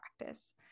practice